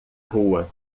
rua